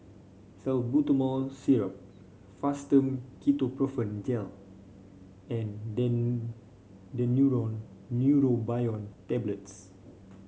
Salbutamol Syrup Fastum Ketoprofen Gel and Daneuron Neurobion Tablets